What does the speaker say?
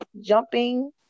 jumping